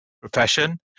profession